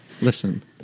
Listen